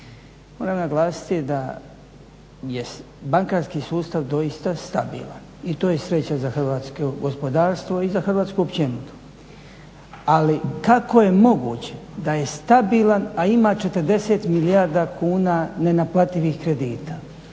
Moram naglasiti da je bankarski sustav doista stabilan i to je sreća za hrvatsko gospodarstvo i za Hrvatsku općenito. Ali kako je moguće da je stabilan, a ima 40 milijardi kuna nenaplativih kredita?